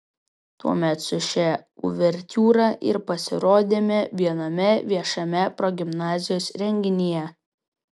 tuomet su šia uvertiūra ir pasirodėme viename viešame progimnazijos renginyje